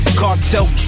cartel